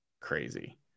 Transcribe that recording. crazy